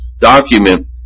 document